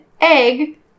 egg